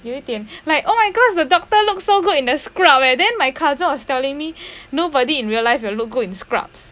有一点 like oh my gosh the doctor looked so good in this scrub eh then my cousin was telling me nobody in real life will look good in scrubs